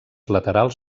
laterals